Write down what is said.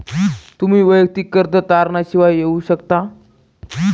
तुम्ही वैयक्तिक कर्ज तारणा शिवाय घेऊ शकता